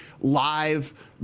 live